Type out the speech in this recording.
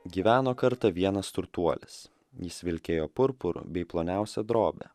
gyveno kartą vienas turtuolis jis vilkėjo purpuru bei ploniausia drobe